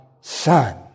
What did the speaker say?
Son